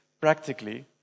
practically